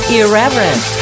irreverent